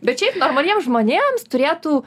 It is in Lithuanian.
bet šiaip normaliems žmonėms turėtų